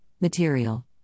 material